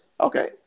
okay